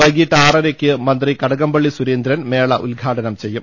വൈകീട്ട് ആറരയ്ക്ക് മന്ത്രി കടകംപള്ളി സുരേന്ദ്രൻ മേള ഉദ്ഘാടനം ചെയ്യും